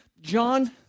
John